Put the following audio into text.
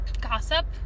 gossip